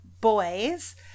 boys